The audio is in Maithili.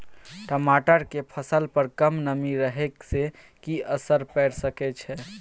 टमाटर के फसल पर कम नमी रहै से कि असर पैर सके छै?